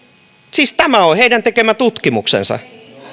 siis tämä on heidän tekemä tutkimuksensa